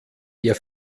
der